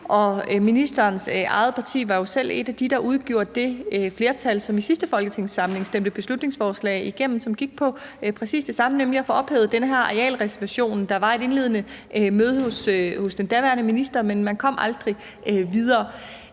Ministerens eget parti var jo selv et af de partier, der udgjorde det flertal, som i sidste folketingssamling stemte beslutningsforslag igennem, som gik på præcis det samme, nemlig at få ophævet den her arealreservation. Der var et indledende møde hos den daværende minister, men man kom aldrig videre.